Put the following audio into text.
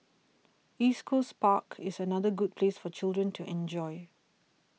East Coast Park is another good place for children to enjoy